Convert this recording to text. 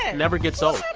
and never gets old.